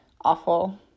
awful